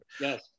Yes